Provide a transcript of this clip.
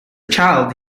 child